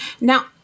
Now